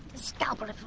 scalpel,